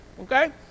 okay